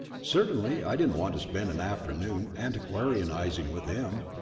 certainly i didn't want to spend an afternoon antiquarianizing with him.